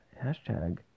hashtag